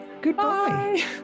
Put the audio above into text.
goodbye